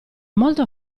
molto